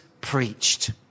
preached